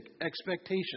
expectation